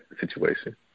situation